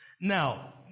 Now